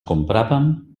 compràvem